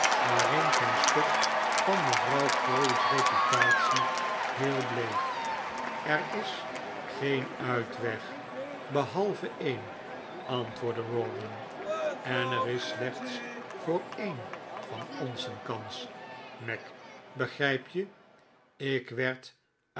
waarin geen stuk van mevrouw crawley's reputatie heel bleef er is geen uitweg behalve een antwoordde rawdon en er is slechts voor een van ons een kans mac begrijp je ik werd